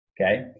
okay